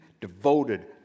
devoted